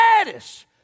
status